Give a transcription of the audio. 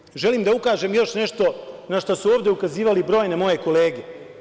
Na kraju, želim da ukažem na još nešto, a na šta su ovde ukazivale brojne moje kolege.